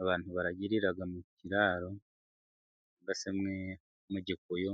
Abantu baragirira mu kiraro, cyangwa se mu gikuyu